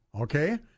Okay